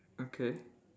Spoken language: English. okay